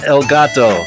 Elgato